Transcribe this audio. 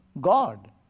God